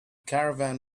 caravan